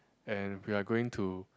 and we're going to